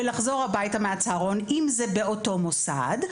ולחזור הביתה מהצהרון אם זה באותו מוסד,